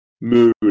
mood